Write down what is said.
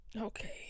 Okay